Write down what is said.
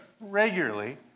regularly